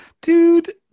dude